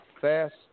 fast